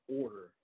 order